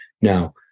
Now